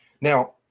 Now